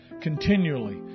continually